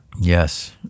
Yes